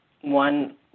one